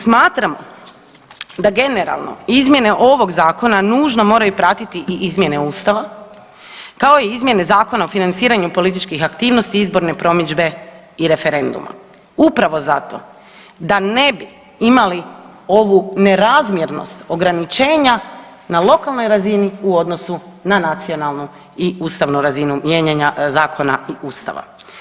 Smatram da generalno izmjene ovog zakona nužno moraju pratiti i izmjene Ustava kao i izmjene Zakona o financiranju političkih aktivnosti, izborne promidžbe i referenduma upravo zato da ne bi imali ovu nerazmjernost ograničenja na lokalnoj razini u odnosu na nacionalnu i ustavnu razinu mijenjanja zakona i Ustava.